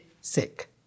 sick